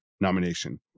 nomination